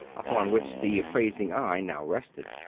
upon which the appraising eye now rested.